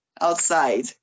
outside